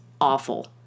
awful